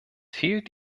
fehlt